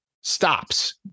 stops